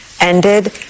ended